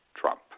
Trump